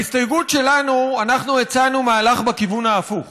בהסתייגות שלנו הצענו מהלך בכיוון ההפוך.